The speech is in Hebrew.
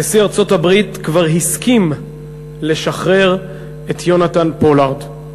נשיא ארצות-הברית כבר הסכים לשחרר את יונתן פולארד.